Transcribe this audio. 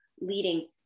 leading